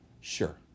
sure